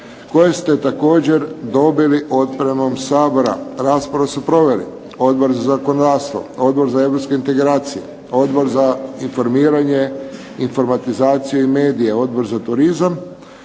koje ste također dobili otpremom Sabora. Raspravu su proveli: Odbor za zakonodavstvo, Odbor za europske integracije, Odbor za informiranje, informatizaciju i medije, Odbor za turizam,